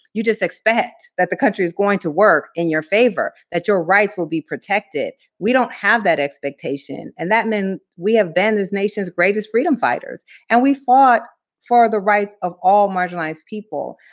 you just expect that the country is going to work in your favor, that your rights will be protected. we don't have that expectation, and that and we have been this nation's greatest freedom fighters, and we fought for the rights of all marginalized people.